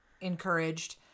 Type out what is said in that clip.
encouraged